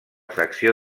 secció